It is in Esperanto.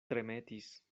tremetis